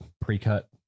pre-cut